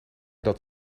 dat